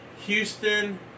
Houston